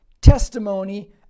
testimony